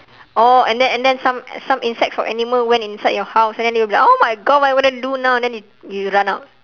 orh and then and then some some insects or animal went inside your house and then you'll be like oh my god what am I gonna do now and then you you run out